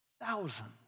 thousands